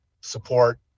support